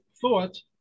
thought